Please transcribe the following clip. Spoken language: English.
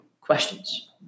questions